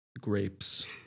Grapes